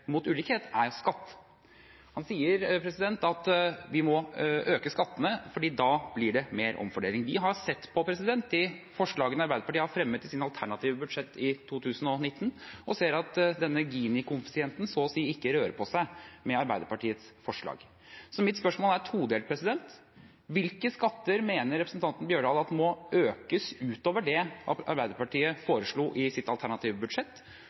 mot ulikhet, er skatt. Han sier at vi må øke skattene fordi det da blir mer omfordeling. Vi har sett på de forslagene Arbeiderpartiet har fremmet i sitt alternative budsjett for 2019, og ser at denne Gini-koeffisienten så å si ikke rører på seg med Arbeiderpartiets forslag. Mitt spørsmål er todelt: Hvilke skatter mener representanten Bjørdal at må økes, utover det Arbeiderpartiet foreslo i sitt alternative budsjett?